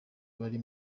bari